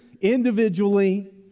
individually